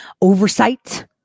oversight